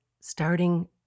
starting